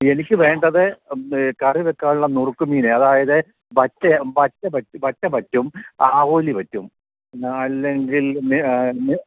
എനിക്കു വേണ്ടത് കറി വെക്കാനുള്ള നുറുക്ക് മീന് അതായത് വറ്റ പറ്റും ആവോലി പറ്റും പിന്നെ അല്ലെങ്കിൽ